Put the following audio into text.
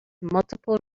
multiple